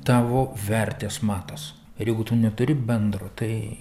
tavo vertės matas ir jeigu tu neturi bendro tai